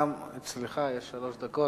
גם לך יש שלוש דקות.